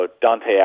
Dante